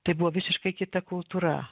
tai buvo visiškai kita kultūra